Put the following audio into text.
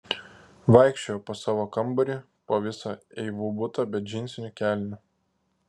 vaikščiojo po savo kambarį po visą eivų butą be džinsinių kelnių